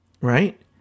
Right